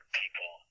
people